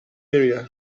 area